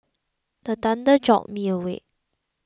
the thunder jolt me awake